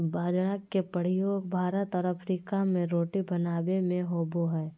बाजरा के प्रयोग भारत और अफ्रीका में रोटी बनाबे में होबो हइ